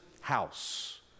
house